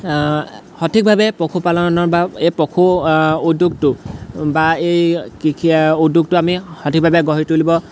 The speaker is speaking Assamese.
সঠিকভাৱে পশুপালনৰ বা এই পশু উদ্যোগটো বা এই কৃষি উদ্যোগটো আমি সঠিকভাৱে গঢ়ি তুলিব